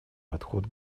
подход